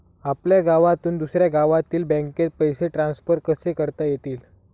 आपल्या गावातून दुसऱ्या गावातील बँकेत पैसे ट्रान्सफर कसे करता येतील?